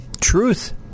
truth